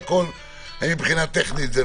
והמשטרתיות זה אפשרי ומוכן מבחינה טכנית?